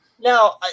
now